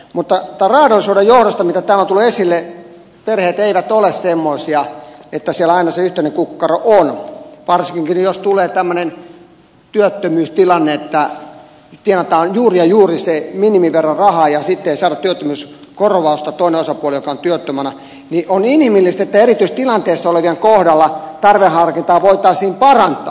mutta tämän raadollisuuden johdosta mitä täällä on tullut esille että perheet eivät ole semmoisia että siellä aina se yhteinen kukkaro on varsinkin jos tulee tämmöinen työttömyystilanne että tienataan juuri ja juuri se minimiveroraha ja sitten ei saada työttömyyskorvausta toinen osapuoli joka on työttömänä niin on inhimillistä että erityistilanteessa olevien kohdalla tarveharkintaa voitaisiin parantaa